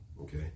Okay